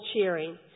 cheering